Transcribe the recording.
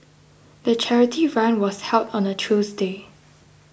the charity run was held on a Tuesday